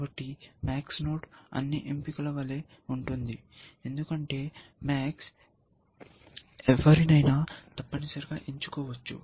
కాబట్టి MAX node అన్ని ఎంపికల వలె ఉంటుంది ఎందుకంటే MAX ఎవరినైనా తప్పనిసరిగా ఎంచుకోవచ్చు